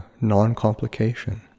non-complication